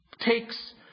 takes